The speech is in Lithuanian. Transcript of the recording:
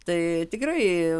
tai tikrai